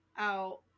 out